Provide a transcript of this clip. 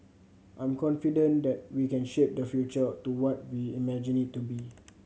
I'm confident that we can shape the future to what we imagine it to be